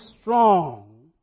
strong